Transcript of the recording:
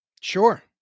Sure